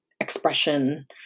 expression